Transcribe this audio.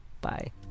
Bye